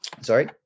Sorry